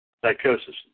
Psychosis